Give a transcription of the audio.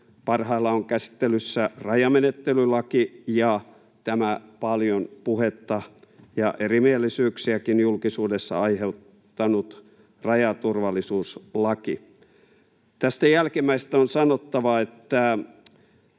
Parhaillaan on käsittelyssä rajamenettelylaki ja tämä paljon puhetta ja erimielisyyksiäkin julkisuudessa aiheuttanut rajaturvallisuuslaki. Tästä jälkimmäisestä on sanottava, että